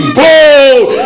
bold